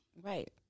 Right